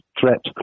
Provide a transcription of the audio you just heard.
threat